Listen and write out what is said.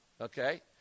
okay